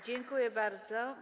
Dziękuję bardzo.